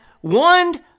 one